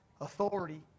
authority